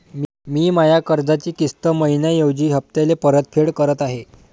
मी माया कर्जाची किस्त मइन्याऐवजी हप्त्याले परतफेड करत आहे